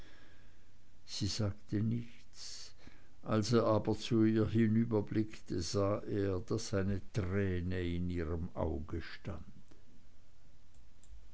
sie sagte nichts als er aber zu ihr hinüberblickte sah er daß eine träne in ihrem auge stand